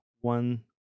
one